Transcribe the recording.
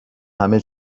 همه